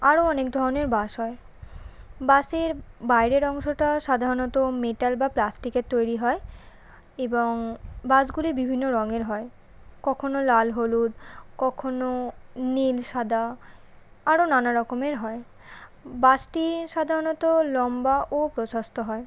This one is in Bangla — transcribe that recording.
আরও অনেক ধরনের বাস হয় বাসের বাইরের অংশটা সাধারণত মেটাল বা প্লাস্টিকের তৈরি হয় এবং বাসগুলি বিভিন্ন রঙের হয় কখনও লাল হলুদ কখনও নীল সাদা আরও নানা রকমের হয় বাসটি সাধারণত লম্বা ও প্রশস্ত হয়